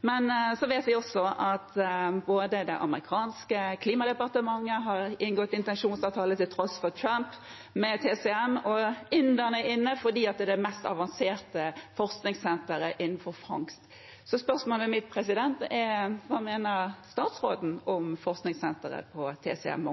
Men vi vet at det amerikanske klimadepartementet har inngått en intensjonsavtale, til tross for Trump, med TCM, og inderne er inne, fordi det er det er mest avanserte forskningssenteret innenfor fangst. Så spørsmålet mitt er: Hva mener statsråden om forskningssenteret TCM?